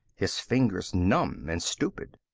his fingers numb and stupid.